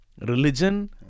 religion